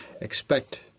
expect